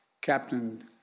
Captain